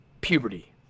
Puberty